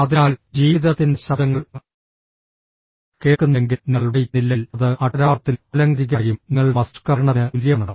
അതിനാൽ ജീവിതത്തിന്റെ ശബ്ദങ്ങൾ കേൾക്കുന്നില്ലെങ്കിൽ നിങ്ങൾ വായിക്കുന്നില്ലെങ്കിൽ അത് അക്ഷരാർത്ഥത്തിലും ആലങ്കാരികമായും നിങ്ങളുടെ മസ്തിഷ്ക മരണത്തിന് തുല്യമാണ്